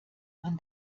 man